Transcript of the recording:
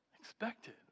Expected